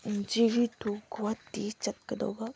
ꯖꯤꯔꯤ to Guwahati ꯆꯠꯀꯗꯧꯕ